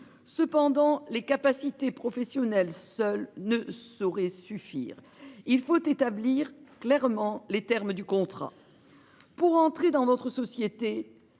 Cependant les capacités professionnelles seule ne saurait suffire. Il faut établir clairement les termes du contrat. Pour entrer dans notre société